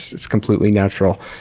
it's completely natural.